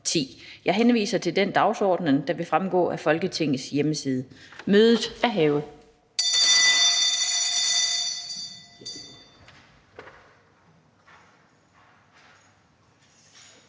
Jeg henviser til den dagsorden, der vil fremgå af Folketingets hjemmeside. Mødet er hævet.